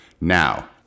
now